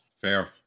fair